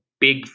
big